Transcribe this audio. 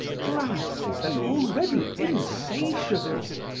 glances that are already insatiable,